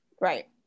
Right